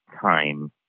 time